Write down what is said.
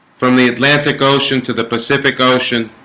from the atlantic ocean to the pacific ocean